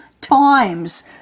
times